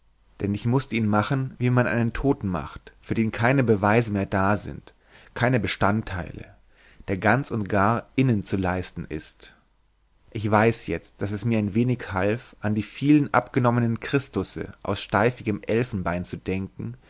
denn ich mußte ihn machen wie man einen toten macht für den keine beweise mehr da sind keine bestandteile der ganz und gar innen zu leisten ist ich weiß jetzt daß es mir ein wenig half an die vielen abgenommenen christusse aus streifigem elfenbein zu denken